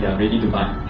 yeah ready to buy!